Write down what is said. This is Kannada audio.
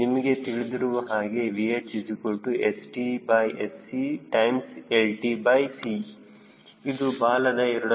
ನಿಮಗೆ ತಿಳಿದಿರುವ ಹಾಗೆ VHStScltc ಇದು ಬಾಲದ a